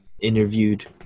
interviewed